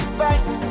fight